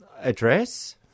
address